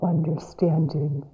Understanding